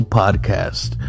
podcast